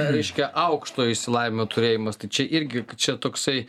reiškia aukšto išsilavinimo turėjimas tai čia irgi čia toksai